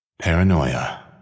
Paranoia